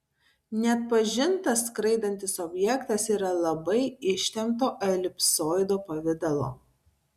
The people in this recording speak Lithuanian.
neatpažintas skraidantis objektas yra labai ištempto elipsoido pavidalo